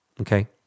okay